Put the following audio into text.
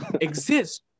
exist